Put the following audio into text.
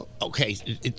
Okay